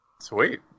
Sweet